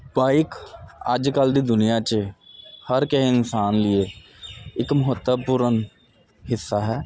bike ਅੱਜ ਕੱਲ ਦੀ ਦੁਨੀਆ 'ਚ ਹਰ ਕਿਸੇ ਇਨਸਾਨ ਲਈ ਇੱਕ ਮਹੱਤਵਪੂਰਨ ਹਿੱਸਾ ਹੈ